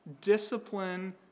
discipline